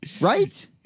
Right